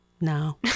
No